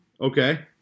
Okay